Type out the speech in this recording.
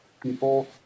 people